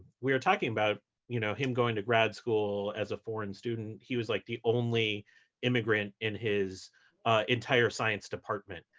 we were talking about you know him going to grad school as a foreign student. he was like the only immigrant in his entire science department,